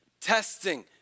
Testing